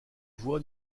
voix